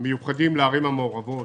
מיוחדים לערים המעורבות,